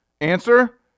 Answer